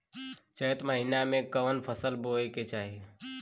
चैत महीना में कवन फशल बोए के चाही?